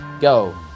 Go